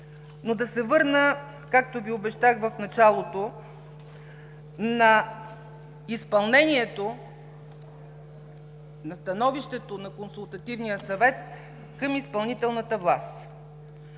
Но да се върна, както Ви обещах в началото, на изпълнението на Становището на Консултативния съвет към изпълнителната власт.